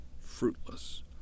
fruitless